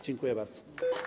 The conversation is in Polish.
Dziękuję bardzo.